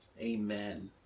Amen